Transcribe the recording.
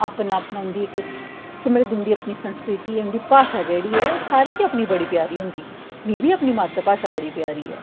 अपना अपना उं'दी इक समृद्ध उं'दी अपनी संस्कृति ऐ उं'दी भाशा जेह्ड़ी ऐ सारें गी अपनी बड़ी प्यारी होंदी मी बी अपनी मातृ भाशा बड़ी प्यारी ऐ